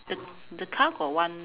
the the car got one